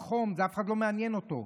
ולא מעניין אף אחד,